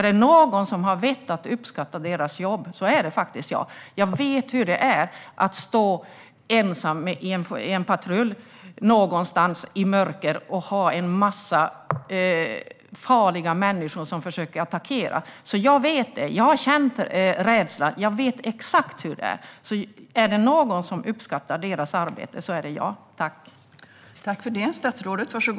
Är det någon som har vett att uppskatta deras jobb är det faktiskt jag. Jag vet hur det är att stå ensam med en patrull någonstans i mörker och vara omgiven av farliga människor som försöker attackera en. Jag har känt den rädslan och vet exakt hur det är. Är det någon som uppskattar deras arbete är det jag.